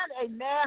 Amen